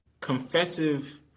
confessive